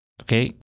Okay